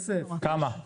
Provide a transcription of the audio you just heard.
כמה?